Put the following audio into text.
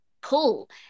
pull